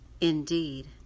Indeed